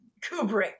Kubrick